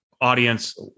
audience